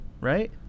right